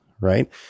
right